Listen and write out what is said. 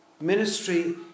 Ministry